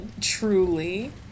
Truly